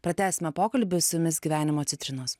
pratęsime pokalbį su jumis gyvenimo citrinos